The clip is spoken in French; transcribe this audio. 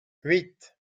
huit